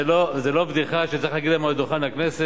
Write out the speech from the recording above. וזאת לא בדיחה שצריך להגיד אותה מעל דוכן הכנסת.